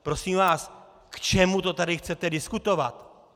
Prosím vás, k čemu to tady chcete diskutovat!